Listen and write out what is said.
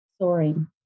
soaring